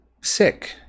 sick